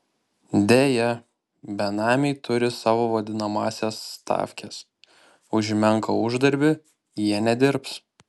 deja benamiai turi savo vadinamąsias stavkes už menką uždarbį jie nedirbs